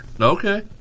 Okay